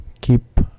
keep